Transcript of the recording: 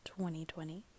2020